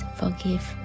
forgive